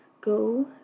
go